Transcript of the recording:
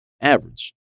average